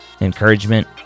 encouragement